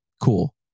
cool